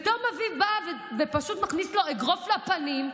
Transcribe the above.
וטום אביב בא ופשוט מכניס לו אגרוף לפנים.